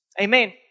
Amen